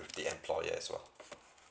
with the employers as well